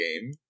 game